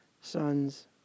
sons